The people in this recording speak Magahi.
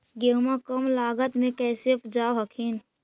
गेहुमा कम लागत मे कैसे उपजाब हखिन?